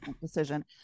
decision